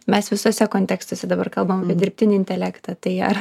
mes visuose kontekstuose dabar kalbam apie dirbtinį intelektą tai ar